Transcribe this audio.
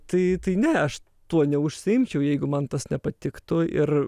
tai tai ne aš tuo neužsiimčiau jeigu man tas nepatiktų ir